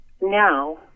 Now